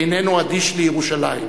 איננו אדיש לירושלים.